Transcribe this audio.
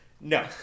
No